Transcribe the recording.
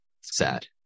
Sad